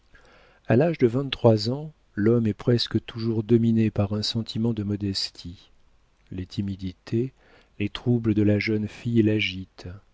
a l'âge de vingt-trois ans l'homme est presque toujours dominé par un sentiment de modestie les timidités les troubles de la jeune fille l'agitent il